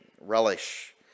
relish